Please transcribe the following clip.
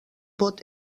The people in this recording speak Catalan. vot